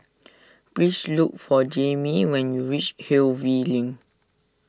please look for Jaimee when you reach Hillview Link